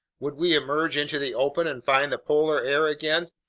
would we emerge into the open and find the polar air again?